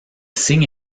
signe